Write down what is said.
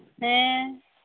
ᱦᱮᱸ